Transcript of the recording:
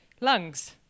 lungs